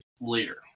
later